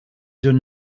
done